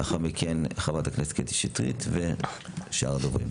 לאחר מכן חברת הכנסת קטי שטרית ושאר הדוברים.